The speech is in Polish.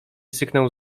syknął